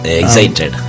excited